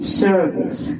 service